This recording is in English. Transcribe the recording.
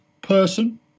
person